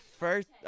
first